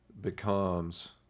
becomes